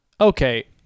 Okay